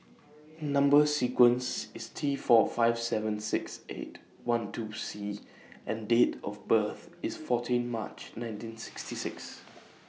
Number sequence IS T four five seven six eight one two C and Date of birth IS fourteen March nineteen sixty six